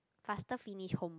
faster finish homework